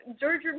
George